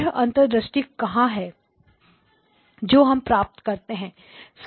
वह अंतर्दृष्टि कहां है जो हम प्राप्त करते हैं